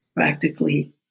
practically